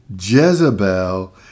Jezebel